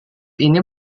ini